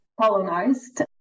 colonized